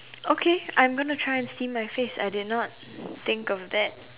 okay I'm gonna try and steam my face I did not think of that